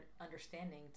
understanding